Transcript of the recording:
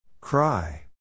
Cry